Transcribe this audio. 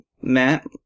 Matt